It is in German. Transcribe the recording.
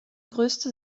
größte